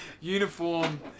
uniform